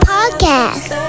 Podcast